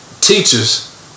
teachers